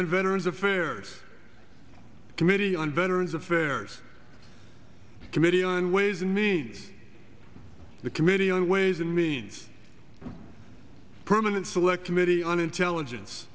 on veterans affairs committee on veterans affairs committee on ways and means the committee on ways and means permanent select committee on intelligence